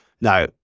Now